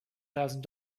thousand